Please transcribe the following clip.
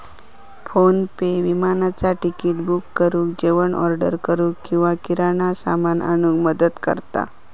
PhonePe विमानाचा ticket book करुक, जेवण ऑर्डर करूक किंवा किराणा सामान आणूक मदत करता